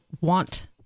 want